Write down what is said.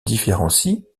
différencie